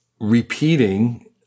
repeating